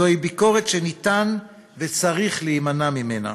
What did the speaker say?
זוהי ביקורת שניתן וצריך להימנע ממנה.